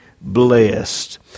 blessed